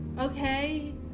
okay